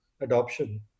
adoption